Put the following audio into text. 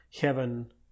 heaven